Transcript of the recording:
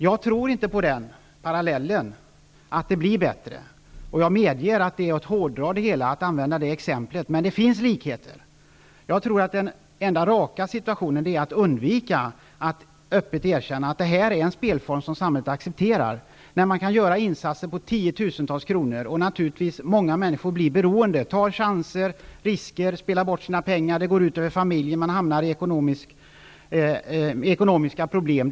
Jag tror inte på att det blir bättre. Jag medger att det är att hårdra det hela, att använda det exemplet. Men det finns likheter. Den enda raka är att undvika att öppet erkänna att detta är en spelform som samhället accepterar. I denna typ av spelverksamhet är det möjligt med insatser på tiotusentals kronor. Många människor blir beroende. De tar chanser, risker, och spelar bort sina pengar. De hamnar i ekonomiska problem, och det går ut över familjen.